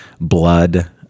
blood